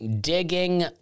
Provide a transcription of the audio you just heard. digging